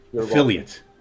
affiliate